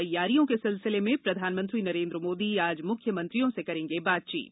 तैयारियों के सिलसिले में प्रधानमंत्री नरेन्द्र मोदी आज मुख्य मंत्रियों से करेंगे बातचीत